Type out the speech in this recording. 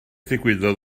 ddigwyddodd